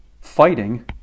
fighting